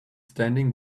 standing